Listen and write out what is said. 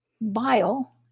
bile